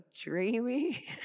dreamy